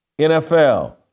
NFL